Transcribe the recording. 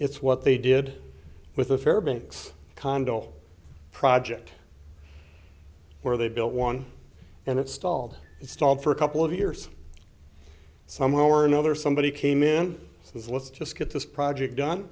it's what they did with the fairbanks condo project where they built one and it stalled and stalled for a couple of years somehow or another somebody came in and let's just get this project done